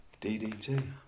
DDT